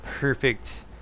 perfect